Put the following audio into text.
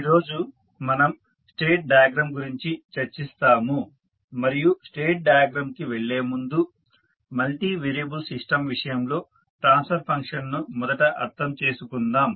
ఈ రోజు మనం స్టేట్ డయాగ్రమ్ గురించి చర్చిస్తాము మరియు స్టేట్ డయాగ్రమ్ కి వెళ్ళే ముందు మల్టీ వేరియబుల్ సిస్టం విషయంలో ట్రాన్స్ఫర్ ఫంక్షన్ను మొదట అర్థం చేసుకుందాం